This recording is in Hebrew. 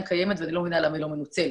קיימת ואני לא מבינה למה היא לא מנוצלת,